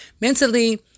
Mentally